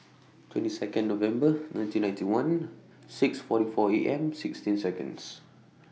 twenty Second November nineteen ninety one six forty four Am sixteen Seconds